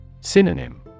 Synonym